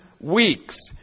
weeks